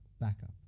backup